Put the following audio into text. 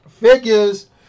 Figures